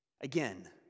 Again